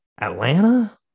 Atlanta